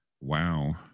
Wow